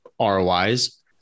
ROIs